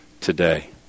today